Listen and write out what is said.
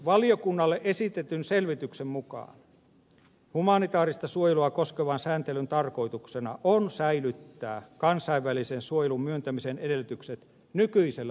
valiokunnalle esitetyn selvityksen mukaan humanitääristä suojelua koskevan sääntelyn tarkoituksena on säilyttää kansainvälisen suojelun myöntämisen edellytykset nykyisellä tasolla